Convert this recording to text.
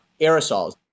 aerosols